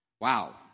Wow